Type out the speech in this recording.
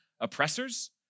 oppressors